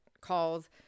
calls